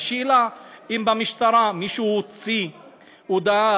השאלה היא אם במשטרה מישהו הוציא הודעה.